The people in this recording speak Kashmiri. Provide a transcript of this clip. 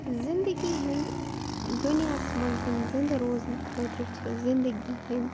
زِندگی ہٕنٛدۍ دُنیاہَس منٛز زِندٕ روزنہٕ خٲطرٕ چھِ زندگی ہِنٛدۍ